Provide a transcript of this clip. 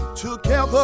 together